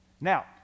now